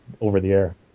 over-the-air